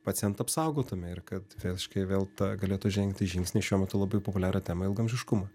pacientą apsaugotume ir kad faktiškai vėl ta galėtų žengti žingsnį šiuo metu labai populiaria tema ilgaamžiškumą